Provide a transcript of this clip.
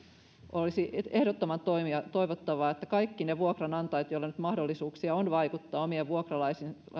olisi ehdottoman toivottavaa että kaikki ne vuokranantajat joilla nyt on mahdollisuuksia vaikuttaa omien vuokralaistensa